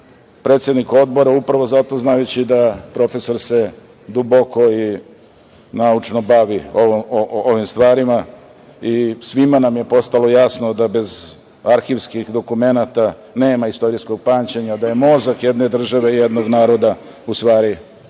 predsednik odbora upravo znajući da se profesor se duboko i naučno bavi ovim stvarima i svima nam je postalo jasno da bez arhivskih dokumenata nema istorijskog pamćenja, da je mozak jedne države i jednog naroda u stvari